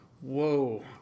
Whoa